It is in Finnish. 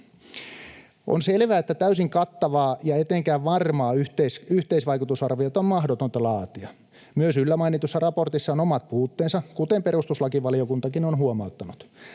On selvää, että täysin kattavaa ja etenkään varmaa yhteisvaikutusarviota on mahdotonta laatia. Myös yllä mainitussa raportissa on omat puutteensa, kuten perustuslakivaliokuntakin on huomauttanut.